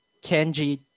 Kenji